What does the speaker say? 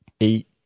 eight